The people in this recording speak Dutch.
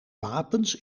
wapens